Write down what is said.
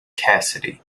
cassidy